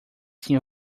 tinha